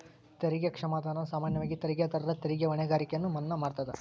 ತೆರಿಗೆ ಕ್ಷಮಾದಾನ ಸಾಮಾನ್ಯವಾಗಿ ತೆರಿಗೆದಾರರ ತೆರಿಗೆ ಹೊಣೆಗಾರಿಕೆಯನ್ನ ಮನ್ನಾ ಮಾಡತದ